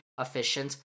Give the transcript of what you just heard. efficient